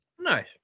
Nice